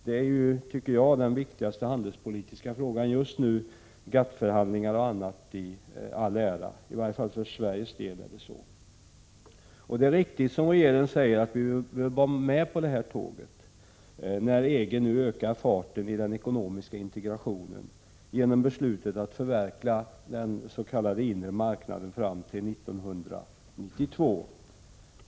Det är ju, tycker jag, den viktigaste handelspolitiska frågan just nu — GATT-förhandlingar och annat i all ära. Så är det i varje fall för Sveriges del. Det är riktigt som regeringen säger att vi bör vara med på detta tåg när EG nu ökar farten i den ekonomiska integrationen genom beslutet att förverkliga dens.k. inre marknaden fram till 1992.